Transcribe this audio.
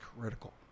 critical